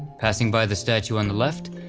passing by the statue on the left,